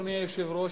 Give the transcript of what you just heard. אדוני היושב-ראש,